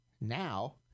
Now